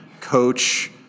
coach